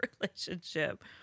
relationship